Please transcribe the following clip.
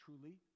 truly